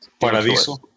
Paradiso